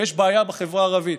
ויש בעיה בחברה הערבית,